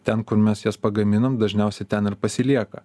ten kur mes jas pagaminam dažniausiai ten ir pasilieka